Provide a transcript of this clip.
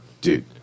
Dude